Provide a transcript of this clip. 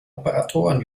operatoren